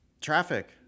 Traffic